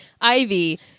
Ivy